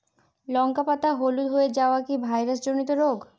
লঙ্কা পাতা হলুদ হয়ে যাওয়া কি ভাইরাস জনিত রোগ?